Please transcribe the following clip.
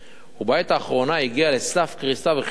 ובעת האחרונה הגיעה לסף קריסה וחידלון.